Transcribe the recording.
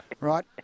Right